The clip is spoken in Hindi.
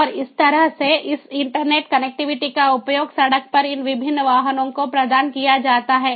और इस तरह से इस इंटरनेट कनेक्टिविटी का उपयोग सड़क पर इन विभिन्न वाहनों को प्रदान किया जाता है